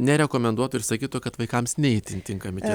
nerekomenduotų ir sakytų kad vaikams ne itin tinkami